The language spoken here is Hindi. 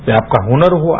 यह आपका हुनर हुआ